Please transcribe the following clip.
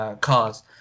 cars